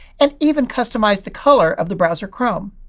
and even customize the color of the browser chrome.